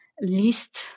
list